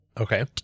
Okay